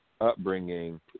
upbringing